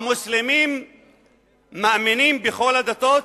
המוסלמים מאמינים בכל הדתות,